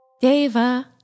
Deva